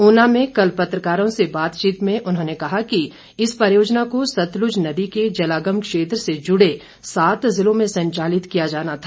ऊना में कल पत्रकारों से बातचीत में उन्होंने कहा कि इस परियोजना को सतलुज नदी के जलागम क्षेत्र से जुड़े सात जिलों में संचालित किया जाना था